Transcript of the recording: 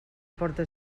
porta